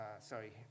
sorry